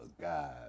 god